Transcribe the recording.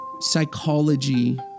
psychology